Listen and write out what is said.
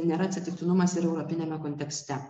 nėra atsitiktinumas ir europiniame kontekste